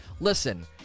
Listen